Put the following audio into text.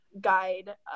guide